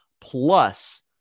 plus